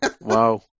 wow